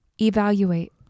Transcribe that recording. evaluate